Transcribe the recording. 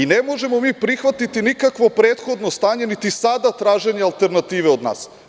Ne možemo mi prihvatiti nikakvo prethodno stanje, niti sada traženje alternative od nas.